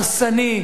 הרסני,